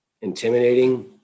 intimidating